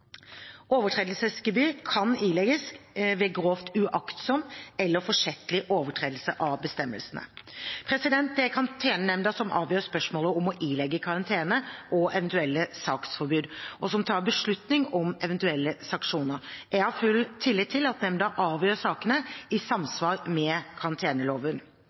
overtredelsesgebyr. Overtredelsesgebyr kan ilegges ved grovt uaktsom eller forsettlig overtredelse av bestemmelsene. Det er Karantenenemnda som avgjør spørsmålet om å ilegge karantene og eventuelle saksforbud, og som tar beslutning om eventuelle sanksjoner. Jeg har full tillit til at nemnda avgjør sakene i samsvar med